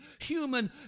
human